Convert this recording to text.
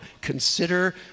consider